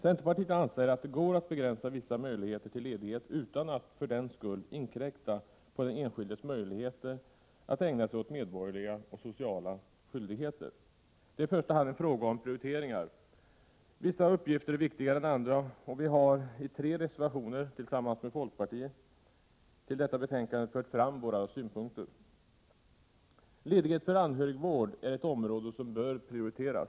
Centerpartiet anser att det går att begränsa vissa möjligheter till ledighet utan att för den skull inkräkta på den enskildes möjligheter att ägna sig åt medborgerliga och sociala skyldigheter. Det är i första hand en fråga om prioriteringar. Vissa uppgifter är viktigare än andra, och vi har tillsammans med folkpartiet i tre reservationer som fogats till detta betänkande fört fram våra synpunkter. Ledighet för anhörigvård är ett område som bör prioriteras.